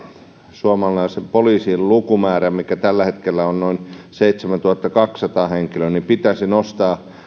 suomalaisten poliisien lukumäärä mikä tällä hetkellä on noin seitsemäntuhattakaksisataa henkilöä pitäisi nostaa